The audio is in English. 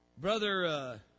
Brother